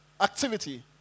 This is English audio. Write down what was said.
activity